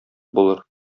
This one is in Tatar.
булыр